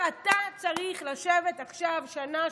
כבר אמר: אתה צריך לשבת עכשיו שנה,